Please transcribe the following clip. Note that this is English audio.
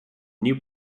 new